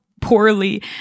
poorly